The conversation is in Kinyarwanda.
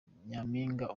nyaminga